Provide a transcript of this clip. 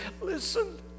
Listen